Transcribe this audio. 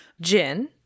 Gin